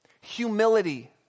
humility